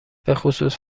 بخصوص